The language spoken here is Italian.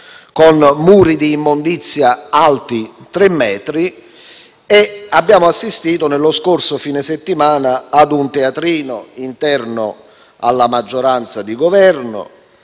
con muri di immondizia alti tre metri e abbiamo assistito, nello scorso fine settimana, ad un teatrino interno alla maggioranza di Governo;